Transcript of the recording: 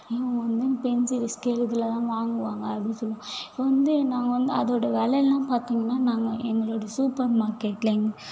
இவங்க வந்து pencil scale இதலாந்தான் வாங்குவாங்க அப்டின்னு சொல்வாங்க இப்போ வந்து நாங்கள் வந்து அதோட விலைலாம் பார்த்தோம்னா நாங்கள் எங்களுடைய சூப்பர் மார்க்கெட்டில்